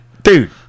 Dude